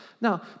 Now